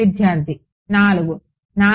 విద్యార్థి 4